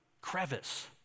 crevice